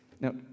Now